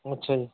ਅੱਛਾ ਜੀ